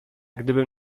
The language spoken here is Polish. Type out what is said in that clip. gdybym